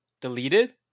Deleted